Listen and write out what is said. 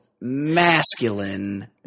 masculine